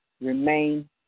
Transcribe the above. remain